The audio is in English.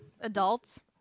adults